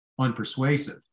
unpersuasive